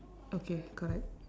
okay correct